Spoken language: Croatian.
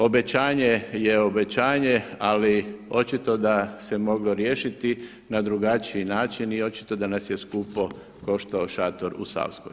Obećanje je obećanje, ali očito da se moglo riješiti na drugačiji način i očito da nas je skupo koštao šator u Savskoj.